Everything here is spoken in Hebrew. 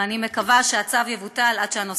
ואני מקווה שהצו יבוטל עד שהנושא יידון בוועדה.